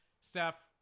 Steph